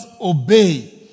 obey